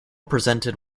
presented